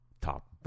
top